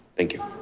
thank you.